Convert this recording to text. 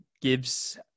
gives –